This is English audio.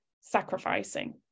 sacrificing